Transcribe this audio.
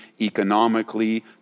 economically